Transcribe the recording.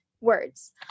words